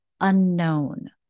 unknown